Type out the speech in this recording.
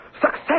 success